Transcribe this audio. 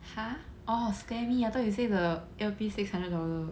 !huh! orh scare me I thought you say the earpiece six hundred dollars